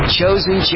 chosen